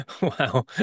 Wow